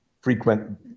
frequent